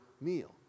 meal